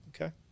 Okay